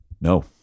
No